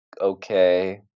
okay